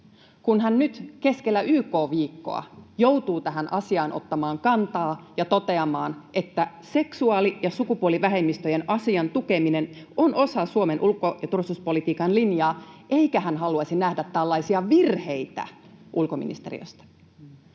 kun hän nyt keskellä YK-viikkoa joutuu tähän asiaan ottamaan kantaa ja toteamaan, että ”seksuaali- ja sukupuolivähemmistöjen asian tukeminen on osa Suomen ulko- ja turvallisuuspolitiikan linjaa” eikä hän haluaisi nähdä tällaisia ”virheitä” ulkoministeriöstä.